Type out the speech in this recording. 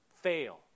fail